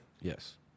Yes